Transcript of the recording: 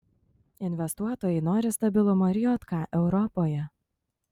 investuotojai nori stabilumo ir jk europoje